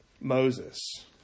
Moses